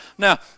Now